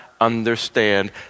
understand